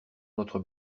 notre